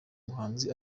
muhanzi